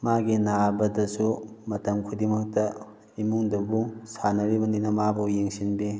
ꯃꯥꯒꯤ ꯅꯥꯕꯗꯁꯨ ꯃꯇꯝ ꯈꯨꯗꯤꯡꯃꯛꯇ ꯏꯃꯨꯡꯗꯨꯕꯨ ꯁꯥꯟꯅꯔꯤꯕꯅꯤꯅ ꯃꯥꯕꯨ ꯌꯦꯡꯁꯤꯟꯕꯤ